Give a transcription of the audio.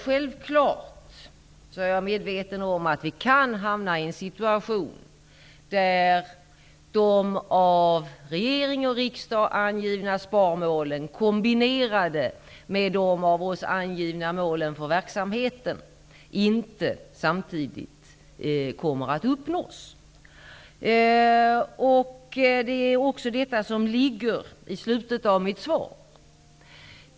Självfallet är jag medveten om att vi kan hamna i en situation då de av regering och riksdag angivna sparmålen, kombinerade med de av oss angivna målen för verksamheten, inte samtidigt kommer att uppnås. Det är också detta som tas upp i slutet av mitt svar.